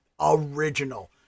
original